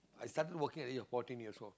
I started working at age of fourteen years old